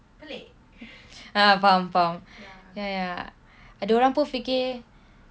ah faham faham ya ya ada orang pun fikir